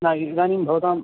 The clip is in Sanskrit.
न इदानीं भवताम्